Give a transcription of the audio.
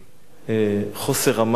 חוסר המעש,